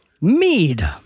Mead